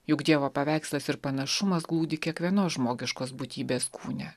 juk dievo paveikslas ir panašumas glūdi kiekvienos žmogiškos būtybės kūne